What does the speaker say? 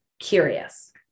curious